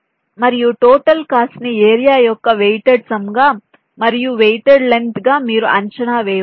మరియు total cost ని area యొక్క వెయిటెడ్ సమ్ గా మరియు వెయిటెడ్ లెంగ్త్ గా మీరు అంచనా వేయవచ్చు